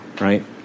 right